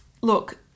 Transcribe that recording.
look